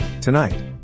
Tonight